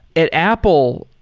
at apple,